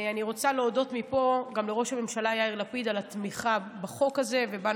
אני רוצה להודות מפה גם לראש הממשלה יאיר לפיד על התמיכה בחוק הזה ובנו,